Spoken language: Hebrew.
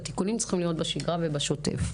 התיקונים צריכים להיות בשגרה ובשוטף,